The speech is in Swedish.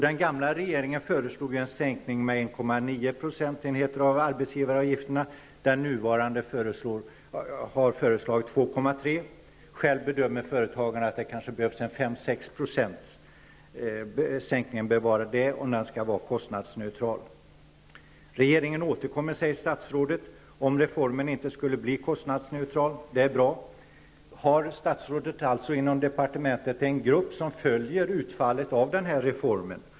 Den gamla regeringen föreslog en sänkning med 1,9 % av arbetsgivaravgiften medan den nuvarande har föreslagit en sänkning med 2,3 %. Företagarnas bedömning är att sänkningen bör vara 5--6 % om den skall vara kostnadsneutral. Regeringen återkommer om reformen inte skulle bli kostnadsneutral, sade statsrådet. Det är bra. Finns det någon grupp inom departementet som följer utfallet av denna reform?